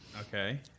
okay